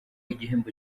igihembo